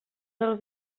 del